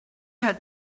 had